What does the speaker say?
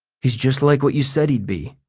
he's just like what you said he'd be.